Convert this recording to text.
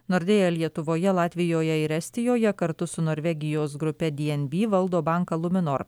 nordea lietuvoje latvijoje ir estijoje kartu su norvegijos grupe di en bi valdo banką luminor